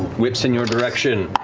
whips in your direction.